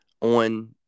on